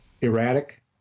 Erratic